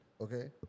okay